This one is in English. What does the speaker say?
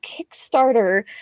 Kickstarter